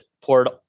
poured